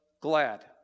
glad